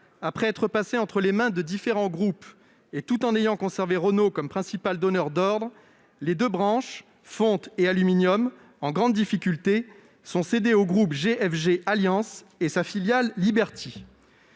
après être passées entre les mains de différents groupes et tout en ayant conservé Renault comme principal donneur d'ordre, les deux branches, fonte et aluminium, en grandes difficultés, étaient cédées au groupe GFG Alliance et à sa filiale Liberty.